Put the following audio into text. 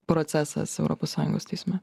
procesas europos sąjungos teisme